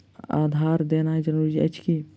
आधार देनाय जरूरी अछि की?